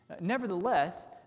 nevertheless